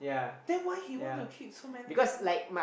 then why he want to keep so many colour more